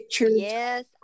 Yes